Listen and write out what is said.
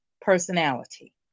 personality